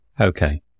Okay